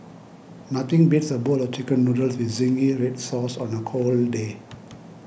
nothing beats a bowl of Chicken Noodles with Zingy Red Sauce on a cold day